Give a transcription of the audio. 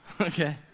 okay